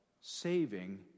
saving